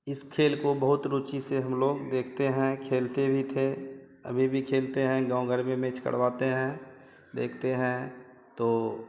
इस खेल को बहुत रुचि से हम लोग देखते हैं खेलते भी थे अभी भी खेलते हैं गाँव घर में मेच करवाते हैं देखते हैं तो